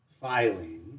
filing